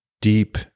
deep